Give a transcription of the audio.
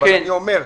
אבל אני אומר,